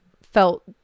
felt